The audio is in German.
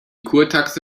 kurtaxe